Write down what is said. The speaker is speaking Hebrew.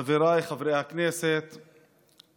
אני מבקש להגיב על דבריו של חבר הכנסת טיבי.